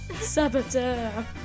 saboteur